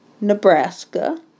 Nebraska